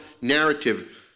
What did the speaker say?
narrative